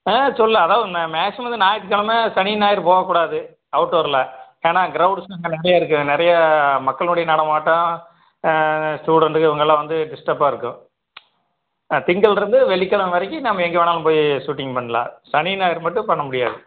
ஆ சொல்லாம் அதாவது நா மே மேக்சிமம் வந்து ஞாற்றுக்கிழம சனி ஞாயிறு போகக்கூடாது அவுட் டோரில் ஏன்னால் க்ரௌடு நிறைய இருக்குது நிறைய மக்கள்ளுடைய நடமாட்டம் ஸ்டூடெண்ட்டுக்கு இவங்கள்ல வந்து டிஸ்டப்பாக இருக்கும் அ திங்கள் இருந்து வெள்ளிக்கிழமை வரைக்கும் நம்ம எங்கே வேண்ணாலும் போய் ஷூட்டிங் பண்ணலாம் சனி ஞாயிறு மட்டும் பண்ண முடியாது